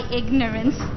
ignorance